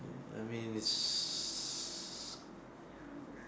I mean is